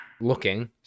looking